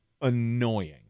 annoying